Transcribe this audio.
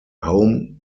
home